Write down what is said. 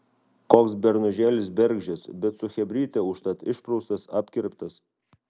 koks bernužėlis bergždžias bet su chebryte užtat išpraustas apkirptas